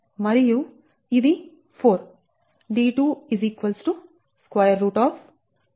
75 మరియు ఇది 4